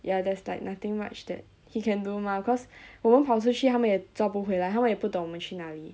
ya there's like nothing much that he can do mah cause 我们跑出去他们也抓不回来他们也不懂我们去哪里